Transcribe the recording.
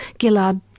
Gillard